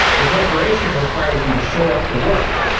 a corporation requires you to show up to work,